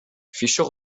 fisher